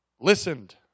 listened